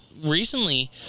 recently